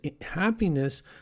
happiness